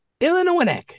Illinois